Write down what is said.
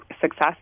success